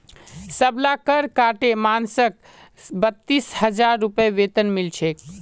सबला कर काटे मानसक बत्तीस हजार रूपए वेतन मिल छेक